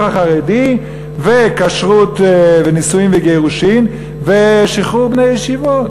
החרדי וכשרות ונישואים וגירושין ושחרור בני ישיבות,